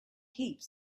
heaps